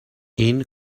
این